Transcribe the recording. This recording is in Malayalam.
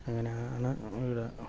അങ്ങനെയാണ് ഇവിടെ